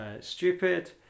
stupid